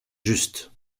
juste